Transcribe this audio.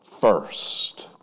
first